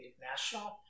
national